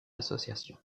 association